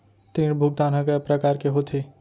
ऋण भुगतान ह कय प्रकार के होथे?